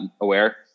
aware